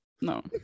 no